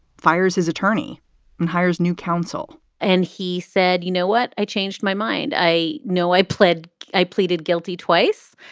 fires his attorney and hires new counsel and he said, you know what? i changed my mind. i know i pled i pleaded guilty twice,